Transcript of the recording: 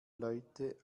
leute